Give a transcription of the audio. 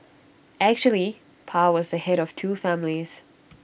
actually pa was the Head of two families